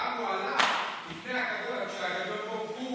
אדוני היושב בראש.